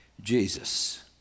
Jesus